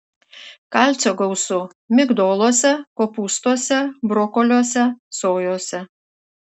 kalcio gausu migdoluose kopūstuose brokoliuose sojose